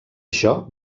això